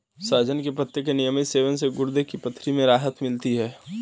सहजन के पत्ते के नियमित सेवन से गुर्दे की पथरी में राहत मिलती है